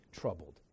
troubled